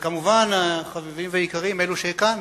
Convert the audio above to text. כמובן, החביבים והיקרים, אלו שכאן,